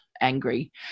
angry